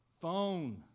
phone